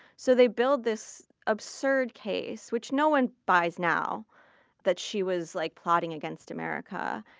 so they build this absurd case which no one buys now that she was like plotting against america,